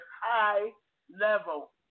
high-level